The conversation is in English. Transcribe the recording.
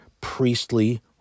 priestly